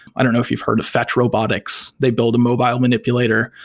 i don't know if you've heard of fetch robotics. they build a mobile manipulator.